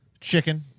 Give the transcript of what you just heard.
Chicken